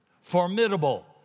Formidable